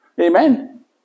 Amen